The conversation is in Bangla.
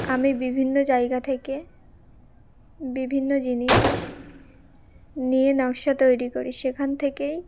আমি বিভিন্ন জায়গা থেকে বিভিন্ন জিনিস নিয়ে নকশা তৈরি করি সেখান থেকেই